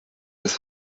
das